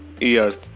years